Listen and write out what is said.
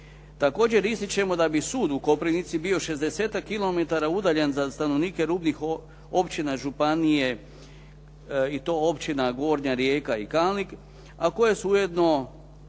Također ističemo da bi sud u Koprivnici bi 60-ak kilometara udaljen za stanovnike rubnih općina županije i to općina Gornja Rijeka i Kalnik, a koje su ujedno